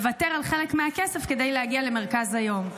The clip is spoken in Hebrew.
לוותר על חלק מהכסף כדי להגיע למרכז היום.